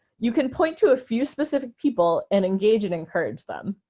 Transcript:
you can point to a few specific people and engage and encourage them.